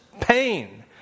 pain